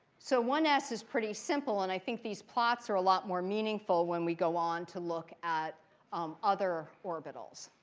so one s is pretty simple. and i think these plots are a lot more meaningful when we go on to look at other orbitals.